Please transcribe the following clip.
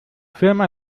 firma